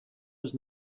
was